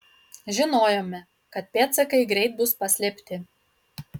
žinojome kad pėdsakai greit bus paslėpti